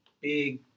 big